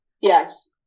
Yes